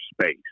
space